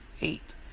eight